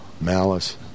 Malice